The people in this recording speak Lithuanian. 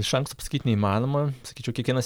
iš anksto pasakyt neįmanoma sakyčiau kiekvienas